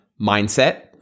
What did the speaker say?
mindset